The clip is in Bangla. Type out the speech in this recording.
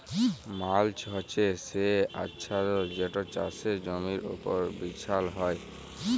মাল্চ হছে সে আচ্ছাদল যেট চাষের জমির উপর বিছাল হ্যয়